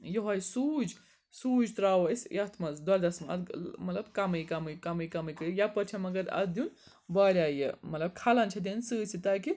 یہٲے سوٗجۍ سوٗجۍ ترٛاوٗو أسۍ یَتھ منٛز دۄدھَس منٛز اَتھ مطلب کَمٕے کَمٕے کَمٕے کَمٕے کٔرِتھ یَپٲرۍ چھِ مگر اَتھ دیُن واریاہ یہِ مطلب یہِ کھَلَن چھِ دِنۍ سۭتۍ سۭتۍ تاکہِ